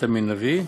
קטע מנביא,